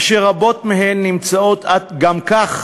אשר רבות מהן נמצאות גם כך